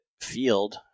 field